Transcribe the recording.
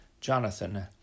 Jonathan